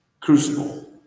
crucible